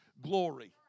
glory